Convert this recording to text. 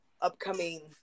upcoming